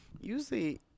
Usually